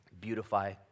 beautify